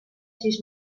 sis